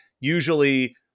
usually